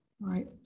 right